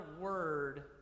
word